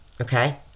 okay